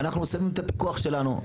אנחנו שמים את הפיקוח שלנו.